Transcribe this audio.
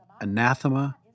anathema